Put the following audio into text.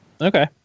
okay